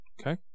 Okay